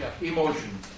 Emotion